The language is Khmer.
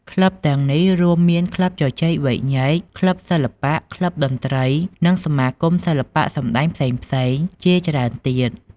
ក្លឹបទាំងនេះរួមមានក្លឹបជជែកវែកញែក ក្លឹបសិល្បៈ ក្លឹបតន្ត្រី និងសមាគមសិល្បៈសម្តែងផ្សេងៗជាច្រើនទៀត។